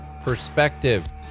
perspective